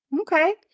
Okay